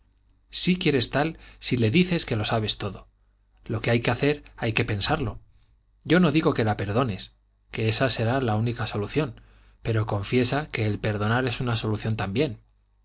sí quieres tal si le dices que lo sabes todo lo que hay que hacer hay que pensarlo yo no digo que la perdones que esa sea la única solución pero confiesa que el perdonar es una solución también